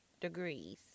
degrees